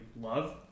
love